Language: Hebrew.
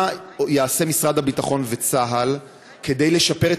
מה יעשו משרד הביטחון וצה"ל כדי לשפר את